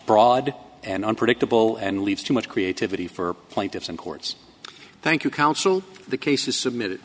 broad and unpredictable and leaves too much creativity for plaintiffs and courts thank you counsel the case is submitted